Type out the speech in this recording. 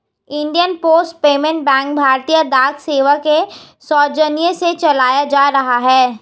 Indian post payment bank भारतीय डाक सेवा के सौजन्य से चलाया जा रहा है